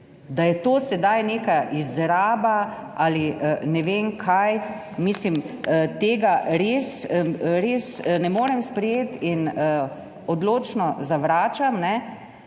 da je to sedaj neka izraba ali ne vem kaj. Mislim, tega res, res ne morem sprejeti in odločno zavračam ne